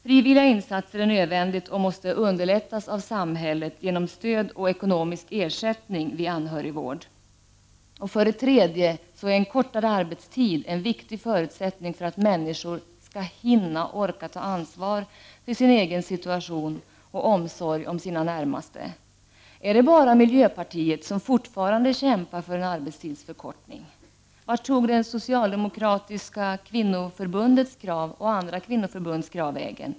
Frivilliga insatser är nödvändiga och måste underlättas av samhället genom stöd och ekonomisk ersättning vid anhörigvård. För det tredje är en kortare arbetstid en viktig förutsättning för att människor skall hinna och orka ta ansvar för sin egen situation och omsorg om sina närmaste. Är det bara miljöpartiet som fortfarande kämpar för en arbetstidsförkortning? Vart tog det socialdemokratiska kvinnoförbundets och andra kvinnoförbunds krav vägen?